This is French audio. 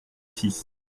six